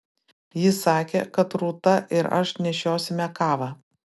jis sakė kad rūta ir aš nešiosime kavą